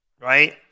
Right